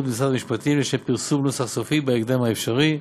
שבמשרד המשפטים לשם פרסום נוסח סופי בהקדם האפשרי,